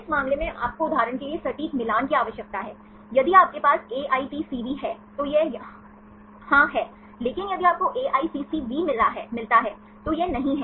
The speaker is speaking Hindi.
इस मामले में आपको उदाहरण के लिए सटीक मिलान की आवश्यकता है यदि आपके पास AITCV है तो यह हाँ है लेकिन यदि आपको AICCV मिलता है तो यह नहीं है